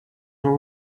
all